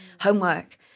homework